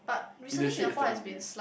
in the shade is thirty degrees